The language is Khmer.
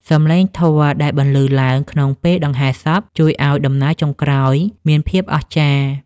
សំឡេងធម៌ដែលបន្លឺឡើងក្នុងពេលដង្ហែសព ជួយឱ្យដំណើរចុងក្រោយមានភាពអស្ចារ្យ។